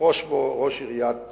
ראש עיריית